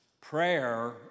Prayer